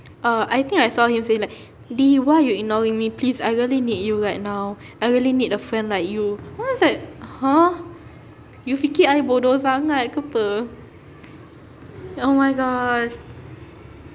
err I think I saw him saying like D why you ignoring me please I really need you right now I really need a friend like you then I was like !huh! you fikir I bodoh sangat ke [pe] oh my god